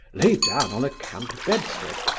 lay down on a camp bedstead,